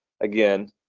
Again